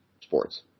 sports